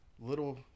Little